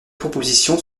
propositions